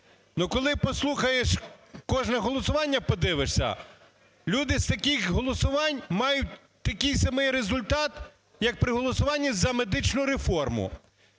коли послухаєш, кожне голосування подивишся, люди з таких голосувань мають такий самий результат, як при голосуванні за медичну реформу.